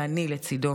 ואני לצידו,